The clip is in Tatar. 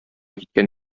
киткән